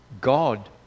God